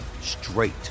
straight